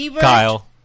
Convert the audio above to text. Kyle